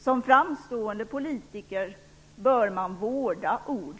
Som framstående politiker bör man vårda orden!